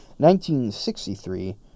1963